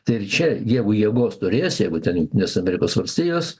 tai ir čia jeigu jėgos turės jeigu ten jungtinės amerikos valstijos